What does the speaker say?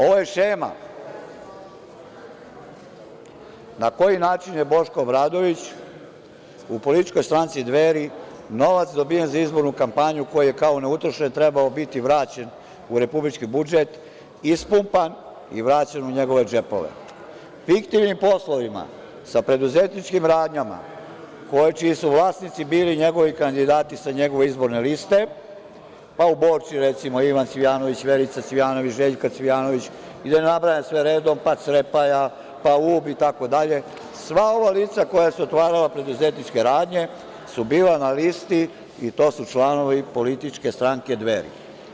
Ovo je šema na koji način je Boško Obradović u političkoj stranci Dveri, novac dobijen za izbornu kampanju, koji je kao neutrošen trebao biti vraćen u republički budžet, ispumpan i vraćen u njegove džepove, fiktivnim poslovima sa preduzetničkim radnjama čiji su vlasnici bili njegovi kandidati sa njegove izborne liste, pa u Borči ima recimo Verica Cvijanović, Željka Cvijanović i da ne nabrajam sve redom, pa Crepaja, pa Ub i tako dalje, sva lica koja su otvarala preduzetničke radnje su bila na listi i to su članovi političke stranke Dveri.